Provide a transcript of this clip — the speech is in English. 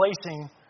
placing